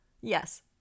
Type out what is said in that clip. Yes